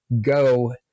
go